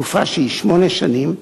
תקופה שהיא שמונה שנים,